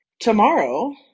Tomorrow